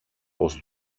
πως